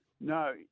No